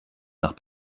nach